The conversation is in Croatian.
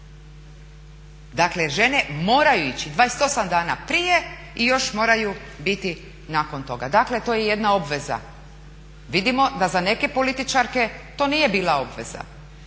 dakle žene moraju ići. 28 dana prije i još moraju biti nakon toga. Dakle to je jedna obveza. Vidimo da za neke političarke to nije bila obveza.